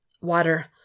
Water